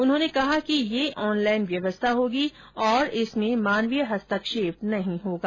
उन्होंने कहा कि यह ऑनलाईन व्यवस्था होगी और इसमें मानवीय हस्तक्षेप नहीं होगा